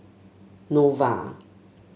Nova